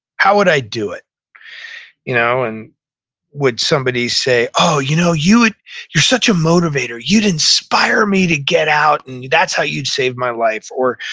how would i do it you know and would somebody say, oh, you know you're such a motivator. you'd inspire me to get out, and that's how you'd save my life, or,